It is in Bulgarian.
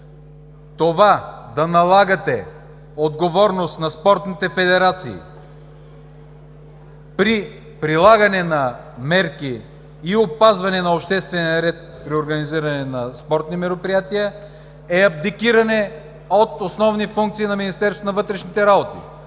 Това – да налагате отговорност на спортните федерации при прилагане на мерки и опазване на обществения ред при организиране на спортни мероприятия – е абдикиране от основни функции на Министерството на вътрешните работи,